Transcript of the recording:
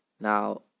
Now